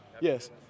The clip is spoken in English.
Yes